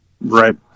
Right